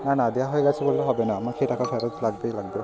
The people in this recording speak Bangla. না না দেওয়া হয়ে গিয়েছে বললে হবে না আমাকে টাকা ফেরত লাগবেই লাগবে